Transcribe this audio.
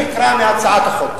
אני אקרא מהצעת החוק.